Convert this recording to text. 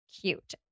cute